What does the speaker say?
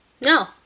No